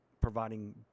providing